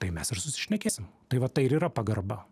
tai mes ir susišnekėsim tai va tai ir yra pagarba